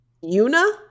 Una